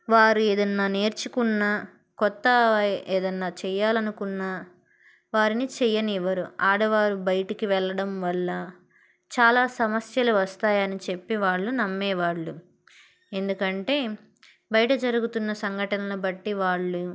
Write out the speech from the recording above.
వారు ఏదైనా నేర్చుకున్నా కొత్త ఏదైనా చెయ్యాలనుకున్నా వారిని చెయనివ్వరు ఆడవారు బయటికి వెళ్ళడం వల్ల చాలా సమస్యలు వస్తాయని చెప్పి వాళ్ళు నమ్మేవాళ్ళు ఎందుకంటే బయట జరుగుతున్న సంఘటనలు బట్టి వాళ్ళు